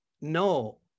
no